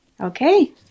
Okay